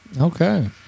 Okay